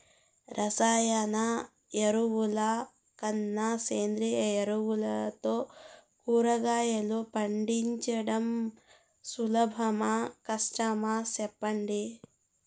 రసాయన ఎరువుల కన్నా సేంద్రియ ఎరువులతో కూరగాయలు పండించడం సులభమా కష్టమా సెప్పండి